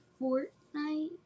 Fortnite